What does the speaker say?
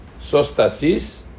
Sostasis